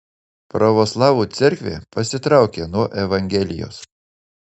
pravoslavų cerkvė pasitraukė nuo evangelijos